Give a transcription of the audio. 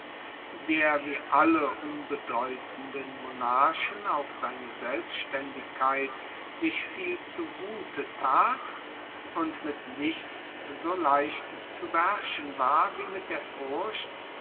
der wie alle unbedeutenden monarchen auf seine selbstaendigkeit sich viel zugute tat und mit nichts so leicht zu beherrschen war wie mit der furcht